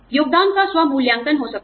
योगदान का स्व मूल्यांकन हो सकता है